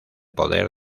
poder